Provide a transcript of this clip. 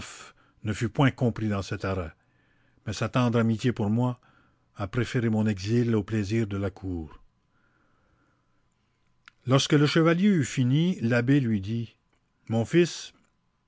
ne fut point compris dans cet arrêt mais sa tendre amitié pour moi a préféré mon exil aux plaisirs de la cour lorsque le chevalier eût fini l'abbé lui dit mon fils